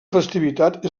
festivitat